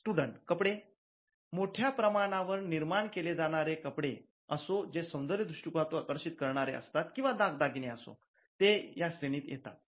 विद्यार्थी कपडे मोठ्या प्रमाणावर निर्माण केले जाणारे कपडे असो जे सौंदर्य दृष्टिकोनातून आकर्षित करणारे असतात किंवा दागदागिने असो ते या श्रेणीत येतात